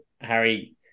Harry